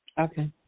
Okay